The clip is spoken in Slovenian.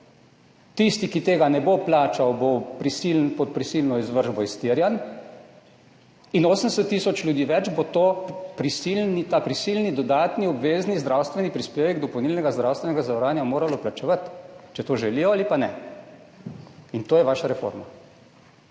Tisti, ki tega ne bo plačal, bo pod prisilno izvršbo izterjan, in 80 tisoč ljudi več bo ta prisilni dodatni obvezni zdravstveni prispevek dopolnilnega zdravstvenega zavarovanja moralo plačevati, če to želijo ali pa ne. To je vaša reforma.